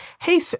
hey